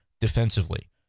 defensively